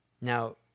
Now